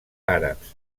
àrabs